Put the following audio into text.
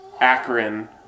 Akron